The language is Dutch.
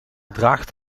draagt